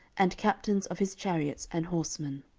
and captains of his chariots and horsemen.